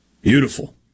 Beautiful